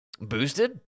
Boosted